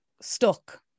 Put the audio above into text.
stuck